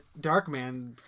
Darkman